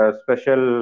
special